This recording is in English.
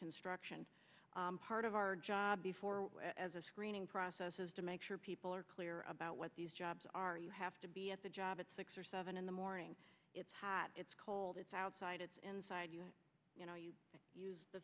construction part of our job before as a screening process is to make sure people are clear about what these jobs are you have to be at the job at six or seven in the morning it's hot it's cold it's outside it's inside you you know you use the